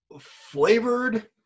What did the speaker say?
flavored